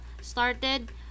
started